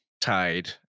tied